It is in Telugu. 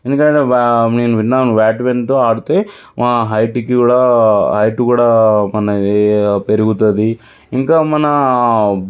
ఎందుకంటే నేను విన్నాను బ్యాట్మింటనుతో ఆడితే హైట్కి కూడా హైట్ కూడా మనది పెరుగుతుంది ఇంకా మన